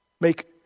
Make